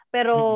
Pero